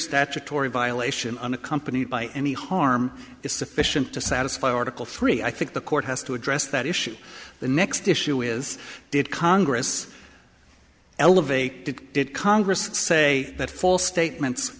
statutory violation unaccompanied by any harm is sufficient to satisfy article three i think the court has to address that issue the next issue is did congress elevate it did congress say that false statements